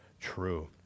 true